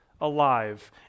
alive